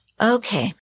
Okay